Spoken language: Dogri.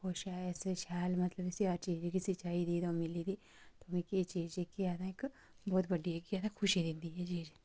खुश ऐ शैल मतलब इसी हर चीज़ दी चाहिदी तां मिली ते मिगी एह् चीज़ जेह्की ऐ ते इक्क बहुत बड्डी खुशी दिंदी एह् चीज़